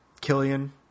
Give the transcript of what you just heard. Killian